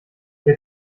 der